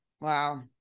Wow